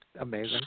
amazing